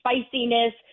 spiciness